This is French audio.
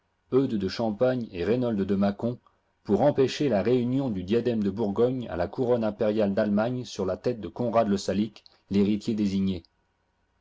eudes de champagne et reynold de mâcon pour empêcher la réunion du diadème de bourgogne à la couronne impériale d'allemagne sur la tête de conrad le salique l'héritier désigné